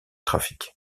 trafic